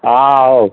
ହଁ ହଉ